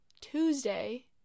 Tuesday